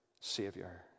Savior